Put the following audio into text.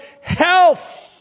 health